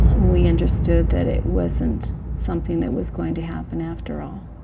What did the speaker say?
we understood that it wasn't something that was going to happen after all.